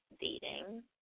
dating